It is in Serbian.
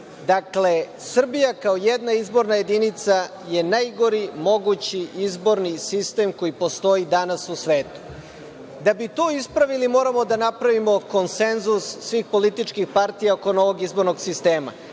Dakle, Srbija kao jedna izborna jedinica je najgori mogući izborni sistem koji postoji danas u svetu. Da bi to ispravili moramo da napravimo konsenzus svih političkih partija oko novog izbornog sistema.